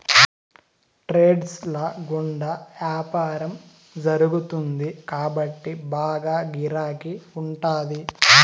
trades ల గుండా యాపారం జరుగుతుంది కాబట్టి బాగా గిరాకీ ఉంటాది